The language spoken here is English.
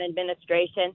administration